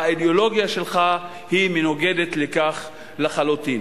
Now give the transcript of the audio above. האידיאולוגיה שלך מנוגדת לכך לחלוטין.